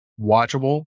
watchable